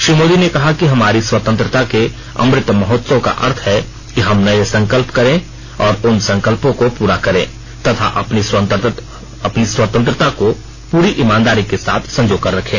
श्री मोदी ने कहा कि हमारी स्वतंत्रता के अमृत महोत्सव का अर्थ है कि हम नये संकल्प करें और उन संकल्पों को पूरा करें तथा अपनी स्वतंत्रता को पूरी ईमानदारी के साथ संजोकर रखें